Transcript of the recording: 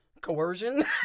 coercion